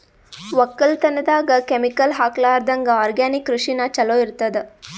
ಒಕ್ಕಲತನದಾಗ ಕೆಮಿಕಲ್ ಹಾಕಲಾರದಂಗ ಆರ್ಗ್ಯಾನಿಕ್ ಕೃಷಿನ ಚಲೋ ಇರತದ